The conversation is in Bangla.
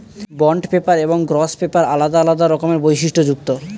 বন্ড পেপার এবং গ্লস পেপার আলাদা আলাদা রকমের বৈশিষ্ট্যযুক্ত